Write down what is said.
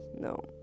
no